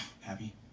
Happy